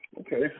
okay